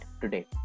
today